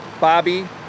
Bobby